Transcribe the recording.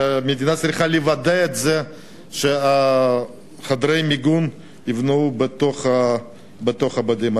המדינה צריכה לוודא שחדרי המיגון ייבנו בתוך הבתים.